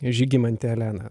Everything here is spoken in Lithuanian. žygimante elena